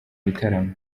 bitaramo